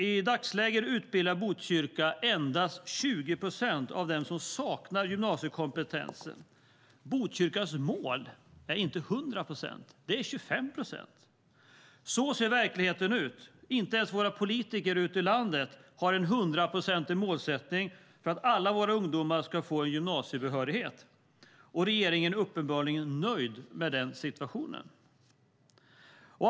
I dagsläget utbildar Botkyrka endast 20 procent av dem som saknar gymnasiekompetens. Botkyrkas mål är inte 100 procent; det är 25 procent. Så ser verkligheten ut. Inte ens våra politiker ute i landet har en hundraprocentig målsättning för att alla våra ungdomar ska få gymnasiebehörighet. Regeringen är uppenbarligen nöjd med denna situation.